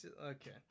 okay